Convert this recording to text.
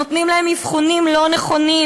נותנים להם אבחונים לא נכונים,